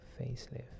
facelift